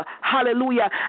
hallelujah